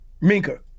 Minka